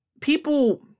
people